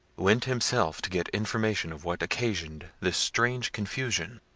went himself to get information of what occasioned this strange confusion.